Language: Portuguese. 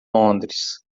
londres